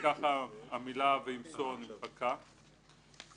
וככה המילה "וימסור" נמחקה.